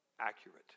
accurate